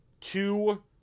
two